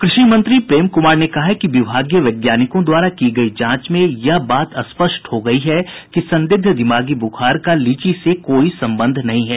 कृषि मंत्री प्रेम कुमार ने कहा है कि विभागीय वैज्ञानिकों द्वारा की गयी जांच में यह बात स्पष्ट हो गया है कि संदिग्ध दिमागी ब्रुखार का लीची से कोई संबंध नहीं है